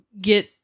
get